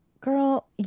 girl